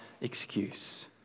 excuse